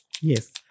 Yes